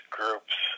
groups